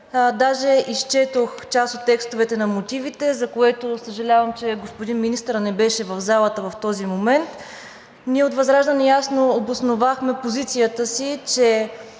Даже изчетох част от текстовете на мотивите, за което съжалявам, че господин министърът не беше в залата в този момент. Ние от ВЪЗРАЖДАНЕ ясно обосновахме позицията си, че